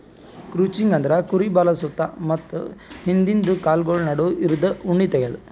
crutching ಅಂದ್ರ ಕುರಿ ಬಾಲದ್ ಸುತ್ತ ಮುತ್ತ ಹಿಂದಿಂದ ಕಾಲ್ಗೊಳ್ ನಡು ಇರದು ಉಣ್ಣಿ ತೆಗ್ಯದು